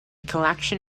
collection